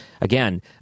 Again